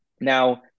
now